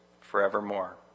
forevermore